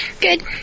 Good